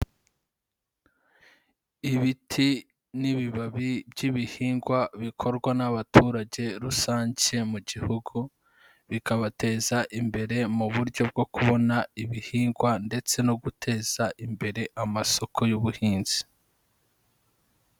Ibiti n'ibibabi by'ibihingwa bikorwa n'abaturage rusange mu gihugu, bikabateza imbere mu buryo bwo kubona ibihingwa ndetse no guteza imbere amasoko y'ubuhinzi.